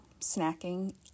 snacking